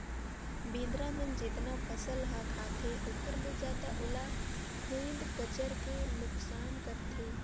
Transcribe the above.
बेंदरा मन जेतना फसल ह खाते ओखर ले जादा ओला खुईद कचर के नुकनास करथे